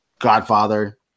Godfather